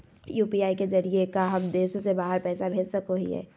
UPI के जरिए का हम देश से बाहर पैसा भेज सको हियय?